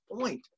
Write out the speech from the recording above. point